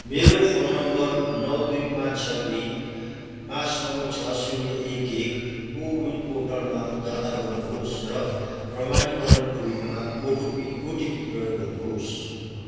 मेरो phone number नौ दुई पाँच छ दुई पाँच नौ छ शून्य एक एक कोविन पोर्टलमा दर्ता गर्नुहोस् र प्रमाणीकरणको रूपमा ओटोपी ओटिपी प्रयोग गर्नुहोस्